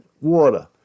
water